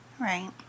right